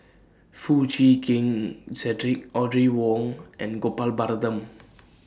Foo Chee Keng Cedric Audrey Wong and Gopal Baratham